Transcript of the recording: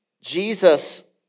Jesus